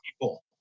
people